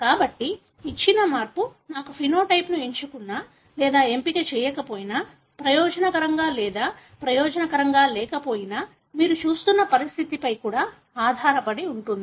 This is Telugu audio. కాబట్టి ఇచ్చిన మార్పు నాకు ఫెనోటైప్ ను ఎంచుకున్నా లేదా ఎంపిక చేయకపోయినా ప్రయోజనకరంగా లేదా ప్రయోజనకరంగా లేకపోయినా మీరు చూస్తున్న పరిస్థితిపై కూడా ఆధారపడి ఉంటుంది